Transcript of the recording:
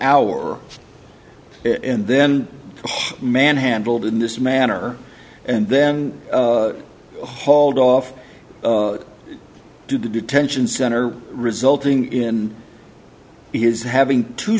hour and then manhandled in this manner and then hauled off to the detention center resulting in his having two